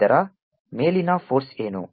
ಇದರ ಮೇಲಿನ ಫೋರ್ಸ್ ಏನು